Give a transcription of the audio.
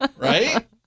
Right